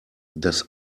das